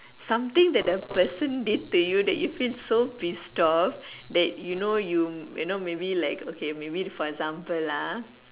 something that the person did to you that you feel so pissed off that you know you you know maybe like okay maybe for example lah